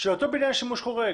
ואותו בניין לשימוש חורג,